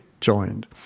joined